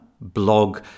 blog